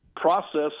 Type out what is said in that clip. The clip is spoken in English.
process